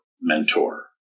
mentor